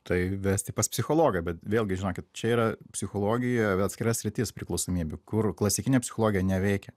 tai vesti pas psichologą bet vėlgi žinokit čia yra psichologija atskira sritis priklausomybių kur klasikinė psichologija neveikia